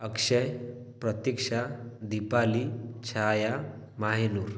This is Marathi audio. अक्षय प्रतिक्षा दिपाली छाया माहेनूर